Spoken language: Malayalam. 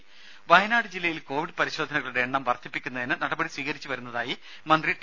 രുമ വയനാട് ജില്ലയിൽ കോവിഡ് പരിശോധനകളുടെ എണ്ണം വർധിപ്പിക്കുന്നതിന് നടപടി സ്വീകരിച്ചു വരുന്നതായി മന്ത്രി ടി